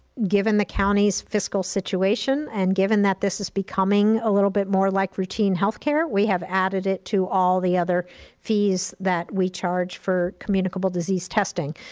given the county's fiscal situation and given that this is becoming a little bit more like routine healthcare, we have added it to all the other fees that we charge for communicable disease testing.